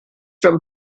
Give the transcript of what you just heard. from